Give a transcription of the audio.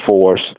force